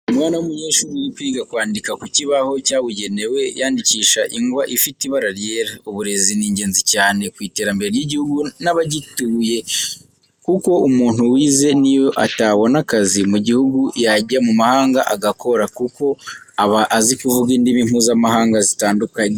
Umwana w'umunyeshuri uri kwiga kwandika ku kibaho cyabugenewe, yandikisha ingwa ifite ibara ryera. Uburezi ni ingenzi cyane ku iterambere ry'igihugu n'abagituye, kuko umuntu wize n'iyo atabona akazi mu gihugu yajya mu mahanga agakora, kuko aba azi kuvuga indimi mpuzamahanga zitandukanye.